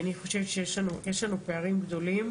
אני חושבת שיש לנו פערים גדולים.